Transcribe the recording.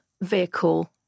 vehicle